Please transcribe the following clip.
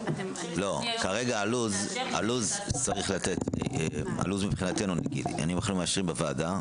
כרגע הלו"ז מבחינתנו מאשרים בוועדה,